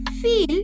feel